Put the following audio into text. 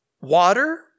water